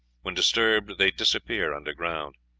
when disturbed they disappear underground.